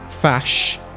Fash